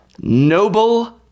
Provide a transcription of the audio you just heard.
Noble